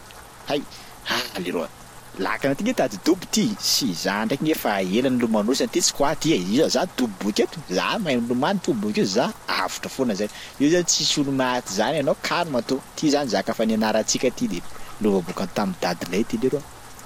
Hay, ah leroa lakana ty nge tady dobo ty sy za ndraiky nge efa ela nilomanosana ty tsy quoi ty e, iza za dobo bôka eto za mahay milomany to bôkeo za avotra foana zay, io zany tsisy olo maty zany anao kalma to ty zany zaka efa nianaratsika ty de lova bôka tam'dadilahy ty leroa.